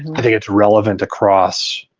i think it's relevant across